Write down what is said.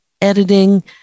editing